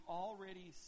already